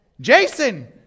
Jason